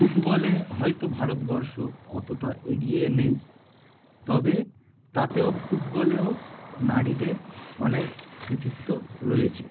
ফুটবলে হয়তো ভারতবর্ষ অতটা এগিয়ে নেই তবে তাতেও ফুটবলেও নারীদের অনেক কৃতিত্ব রয়েছে